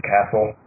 Castle